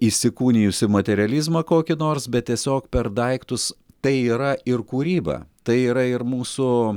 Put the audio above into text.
įsikūnijusį materializmą kokį nors bet tiesiog per daiktus tai yra ir kūryba tai yra ir mūsų